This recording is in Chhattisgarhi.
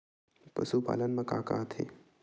पशुपालन मा का का आथे?